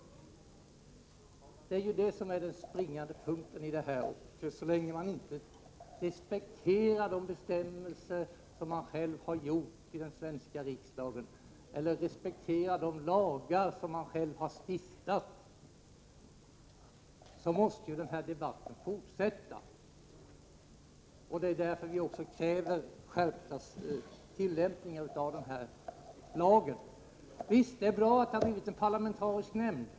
Det är det som är den springande punkten — så länge man inte respekterar de bestämmelser som man själv har fastställt i den svenska riksdagen eller de lagar som man själv har stiftat, måste debatten fortsätta. Det är därför vi också kräver skärpt tillämpning av lagen. Visst, det är bra att det inrättats en parlamentarisk nämnd.